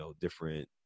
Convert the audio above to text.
different